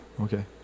Okay